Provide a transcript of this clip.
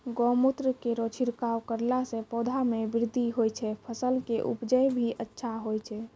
गौमूत्र केरो छिड़काव करला से पौधा मे बृद्धि होय छै फसल के उपजे भी अच्छा होय छै?